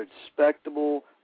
respectable